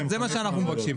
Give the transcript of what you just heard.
זה מה שאנחנו מבקשים.